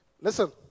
Listen